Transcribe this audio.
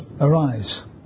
arise